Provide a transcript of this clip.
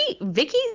Vicky